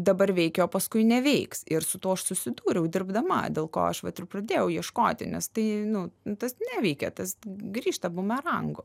dabar veikia o paskui neveiks ir su tuo aš susidūriau dirbdama dėl ko aš vat ir pradėjau ieškoti nes tai nu tas neveikia tas grįžta bumerangu